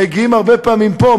מגיעים הרבה פעמים לפה,